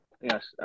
Yes